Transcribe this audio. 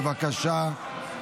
בבקשה.